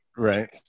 Right